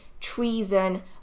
treason